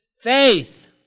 faith